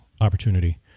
opportunity